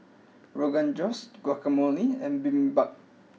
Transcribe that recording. Rogan Josh Guacamole and Bibimbap